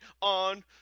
on